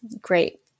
great